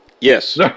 Yes